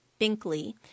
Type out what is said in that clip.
Binkley